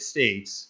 States